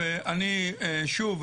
שוב,